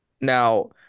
Now